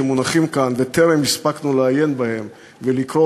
שמונחים כאן וטרם הספקנו לעיין בהם ולקרוא